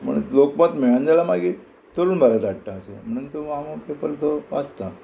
म्हणून लोकमत मेळना जाल्यार मागीर तरुण भारत धाडटा असो म्हणून तो हांव पेपर तो वाचता